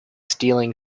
stealing